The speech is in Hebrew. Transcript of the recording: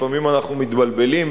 לפעמים אנחנו מתבלבלים,